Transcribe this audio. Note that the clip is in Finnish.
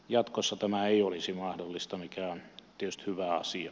jatkossa tämä ei olisi mahdollista mikä on tietysti hyvä asia